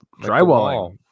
Drywalling